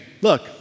look